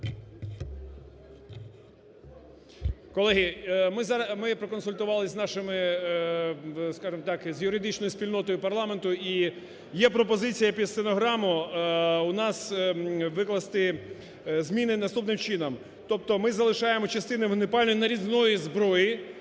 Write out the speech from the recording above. зараз... Ми проконсультувались з нашими, скажімо так, з юридичною спільнотою парламенту і є пропозиція під стенограму у нас викласти зміни наступним чином. Тобто ми залишаємо "частини вогнепальної, нарізної зброї",